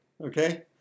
okay